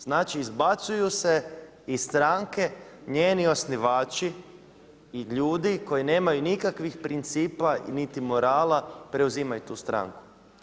Znači izbacuju se iz stranke njeni osnivači i ljudi koji nemaju nikakvih principa niti morala, preuzimaju tu stranku.